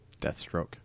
Deathstroke